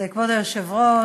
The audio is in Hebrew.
אז כבוד היושב-ראש,